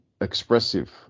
expressive